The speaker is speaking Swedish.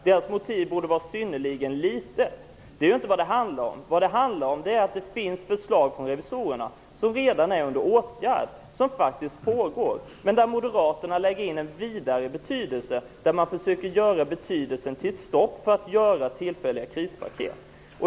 Deras motiv härför borde vara synnerligen litet. Men det är ju inte detta det handlar om. Vad det handlar om är att det revisorerna föreslår redan är på gång. Moderaterna vill lägga in en vidare betydelse i förslaget, nämligen ett stopp för tillfälliga krispaket.